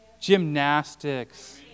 Gymnastics